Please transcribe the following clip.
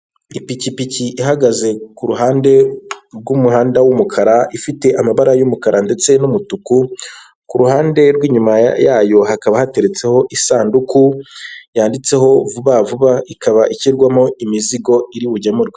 Ipikipiki ihagaze ku ruhande rw'umuhanda w'umukara ifite amabara y'umukara ndetse n'umutuku, ku ruhande rw'inyuma yayo hakaba hateretseho isanduku yanditseho vuba vuba ikaba ishyirwamo imizigo iri bugemurwe.